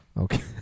Okay